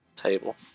table